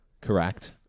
Correct